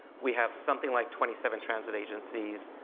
we have something like twenty seven transit agencies,